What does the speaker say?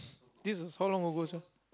this is how long ago sir